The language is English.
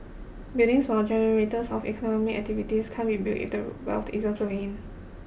buildings while generators of economic activity can't be built if the wealth isn't flowing in